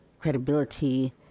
credibility